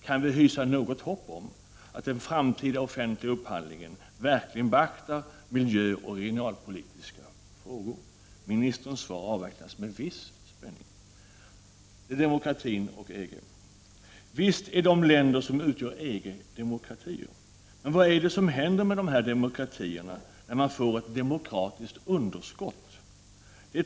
Kan vi hysa något hopp om att man i den framtida offentliga upphandlingen verkligen beaktar miljöoch regionalpolitiska frågor? Ministerns svar avvaktas med viss spänning. Visst är de länder som utgör EG demokratier. Men vad är det som händer med dessa demokratier när de får ett demokratiskt underskott?